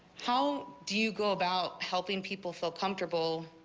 how do you go about helping people feel comfortable.